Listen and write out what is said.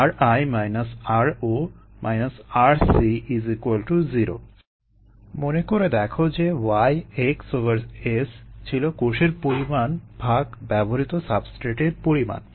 𝑟𝑖 − r𝑜 − 𝑟𝑐 0 মনে করে দেখো যে Y xS ছিল কোষের পরিমাণ ভাগ ব্যবহৃত সাবস্ট্রেটের পরিমাণ